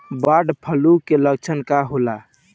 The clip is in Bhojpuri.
बर्ड फ्लू के लक्षण का होला?